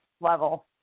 level